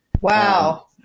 wow